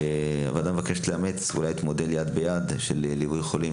הוועדה מבקשת לאמץ את הנושא של ליווי של חולים.